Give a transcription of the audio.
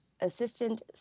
Assistant